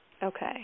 Okay